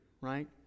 right